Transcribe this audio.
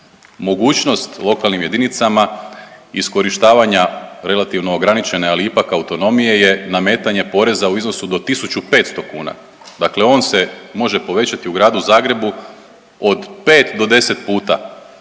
Mogućnost lokalnim jedinicama iskorištavanja relativno ograničene, ali ipak autonomije je nametanje poreza u iznosu do 1.500 kuna, dakle on se može povećati u Gradu Zagrebu od 5 do 10 puta,